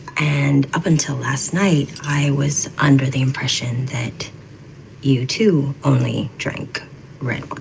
and up until last night, i was under the impression that you, too, only drank red